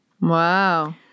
Wow